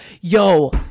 Yo